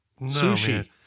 Sushi